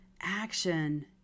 action